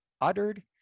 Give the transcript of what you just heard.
uttered